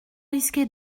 risquer